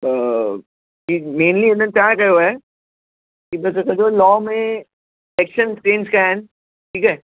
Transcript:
त मेंनली हिननि छा कयो आहे हिन त सॼो लॉ में एक्शंस चेंज कया आहिनि ठीकु आहे